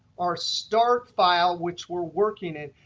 our start file which we're working in.